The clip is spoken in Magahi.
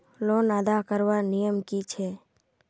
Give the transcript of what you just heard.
लोन अदा करवार नियम की छे?